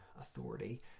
authority